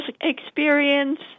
experience